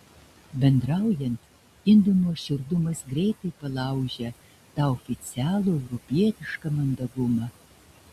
bendraujant indų nuoširdumas greitai palaužia tą oficialų europietišką mandagumą